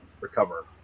recover